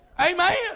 Amen